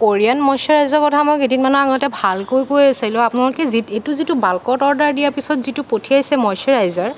Korean মইশ্ৱৰাইজাৰৰ কথা কেইদিনমানৰ আগতে ভালকৈ কৈ আছিলোঁ আপোনালোকে যিটো এইটো যিটো বাল্কত অৰ্ডাৰ দিয়া পাছত যিটো পঠিয়াইছে মইশ্ৱৰাইজাৰ